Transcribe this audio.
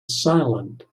silent